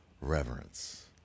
reverence